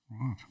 Right